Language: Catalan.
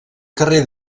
carrer